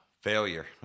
Failure